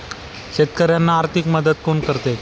शेतकऱ्यांना आर्थिक मदत कोण करते?